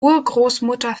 urgroßmutter